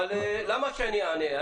אבל למה שאני אענה,